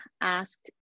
asked